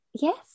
Yes